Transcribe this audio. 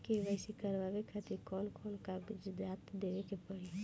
KYC करवावे खातिर कौन कौन कागजात देवे के पड़ी?